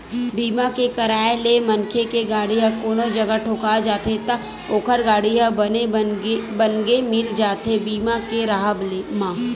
बीमा के कराय ले मनखे के गाड़ी ह कोनो जघा ठोका जाथे त ओखर गाड़ी ह बने बनगे मिल जाथे बीमा के राहब म